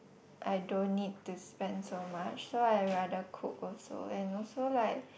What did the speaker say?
I don't need to spend so much so I rather cook also and also like